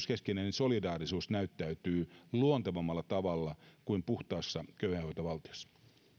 keskinäinen solidaarisuus näyttäytyy luontevammalla tavalla kuin puhtaassa köyhäinhoitovaltiossa